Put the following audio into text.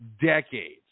decades